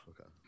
Okay